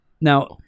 Now